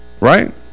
Right